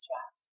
Jeff